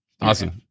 awesome